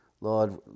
Lord